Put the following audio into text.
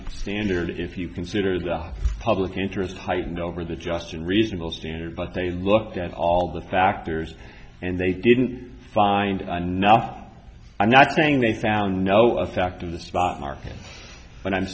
standard if you consider the public interest heightened over the just and reasonable standard but they looked at all the factors and they didn't find enough i'm not saying they found no effect on the spot market what i'm